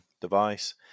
device